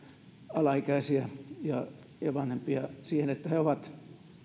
alaikäisiä ja vanhempia siitä että he ovat